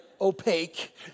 opaque